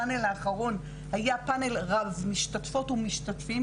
הפאנל האחרון היה פאנל רב משתתפות ומשתתפים,